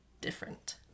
different